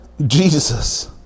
Jesus